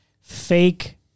fake